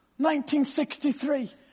1963